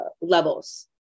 levels